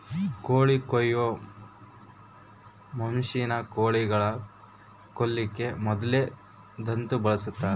ಕೋಳಿ ಕೊಯ್ಯೊ ಮಷಿನ್ನ ಕೋಳಿಗಳನ್ನ ಕೊಲ್ಲಕಿನ ಮೊದ್ಲೇ ತಂದು ಬಳಸ್ತಾರ